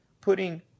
putting